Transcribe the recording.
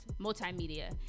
multimedia